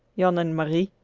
jan and marie,